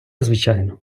звичайну